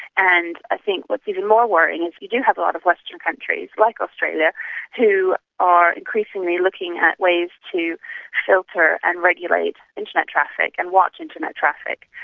and i think what is even more worrying is you do have a lot of western countries like australia who are increasingly looking at ways to filter and regulate internet traffic and watch internet traffic.